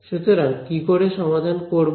সুতরাং কি করে সমাধান করব